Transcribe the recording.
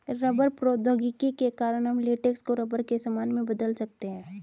rubber प्रौद्योगिकी के कारण हम लेटेक्स को रबर के सामान में बदल सकते हैं